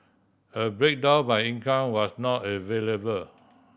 a breakdown by income was not available